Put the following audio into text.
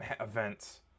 events